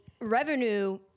revenue